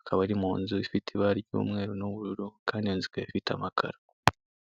akaba ari munzu ifite Ibara ry'umweru n'ubururu Kandi iyo nzu ikaba ifite amakaro.